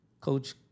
coach